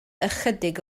ychydig